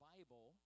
Bible